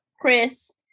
Chris